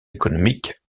économiques